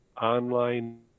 online